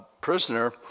prisoner